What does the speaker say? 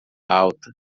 alta